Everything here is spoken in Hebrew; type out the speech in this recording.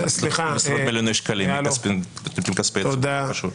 עשרות מיליוני שקלים מכספי ציבור זה לא מספיק חשוב.